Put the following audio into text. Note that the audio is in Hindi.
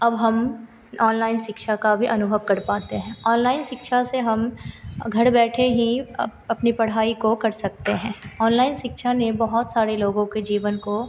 अब हम ऑनलाइन शिक्षा का भी अनुभव कर पाते हैं ऑनलाइन शिक्षा से हम घर बैठे ही अप अपनी पढ़ाई को कर सकते हैं ऑनलाइन सिक्छा शिक्षा ने बहुत सारे लोगों के जीवन को